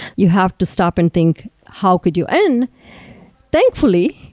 you have to stop and think how could you and thankfully,